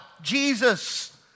Jesus